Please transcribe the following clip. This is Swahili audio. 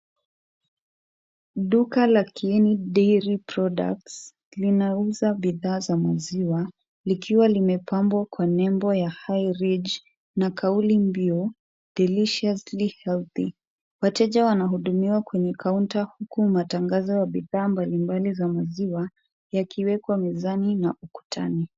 Duka la Kieni dairy products linauza bidhaa za maziwa likiwa limepambwa kwa nembo ya High Ridge na kauli mbiu Deliciously Healthy . Wateja wanahudumiwa kwenye kaunta huku matangazo ya bidhaa mbalimbali za maziwa yakiwekwa mezani na ukutani.